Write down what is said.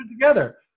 together